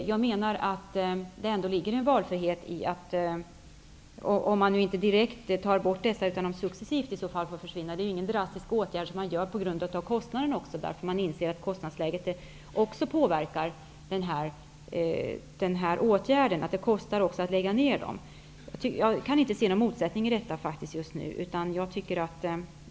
Jag menar att det ändå ligger en valfrihet i att man inte direkt tar bort de allmänna advokatbyråerna låter att dem i så fall försvinna successivt. Det är ju ingen drastisk åtgärd som man vidtar på grund av kostnaderna, eftersom man inser att kostnaderna också påverkar den här åtgärden, dvs. att det kostar även att lägga ned dem. Jag kan faktiskt inte se någon motsättning i detta just nu.